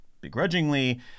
begrudgingly